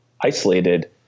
isolated